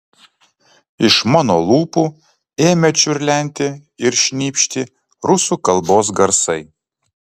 iš mano lūpų ėmė čiurlenti ir šnypšti rusų kalbos garsai